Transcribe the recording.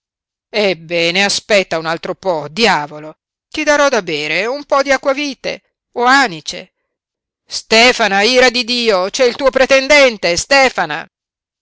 ebbene aspetta un altro po diavolo ti darò da bere un po di acquavite o anice stefana ira di dio c'è il tuo pretendente stefana